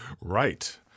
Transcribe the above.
Right